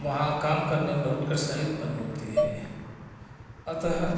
वहाँ काम करने में बहुत कठिनाई उत्पन्न होती है अतः